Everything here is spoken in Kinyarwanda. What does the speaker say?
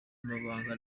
amabanga